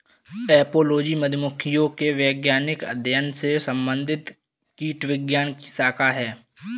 apiology मधुमक्खियों के वैज्ञानिक अध्ययन से संबंधित कीटविज्ञान की शाखा है